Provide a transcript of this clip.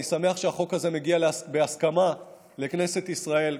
אני שמח שהחוק הזה מגיע בהסכמה לכנסת ישראל,